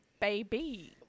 baby